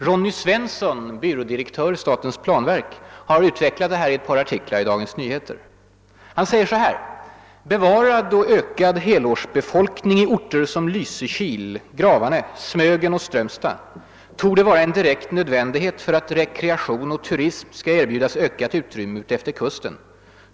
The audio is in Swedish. Ronny Svensson, byrådirektör i statens planverk, har utvecklat detta i ett par artiklar i Dagens Nyheter, där han skriver så här: »Bevarad och ökad helårsbefolkning i orter som Lyse kil, Gravarne, Smögen och Strömstad torde vara en direkt nödvändighet för att rekreation och turism skall erbjudas ökat utrymme utefter kusten.